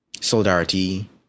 Solidarity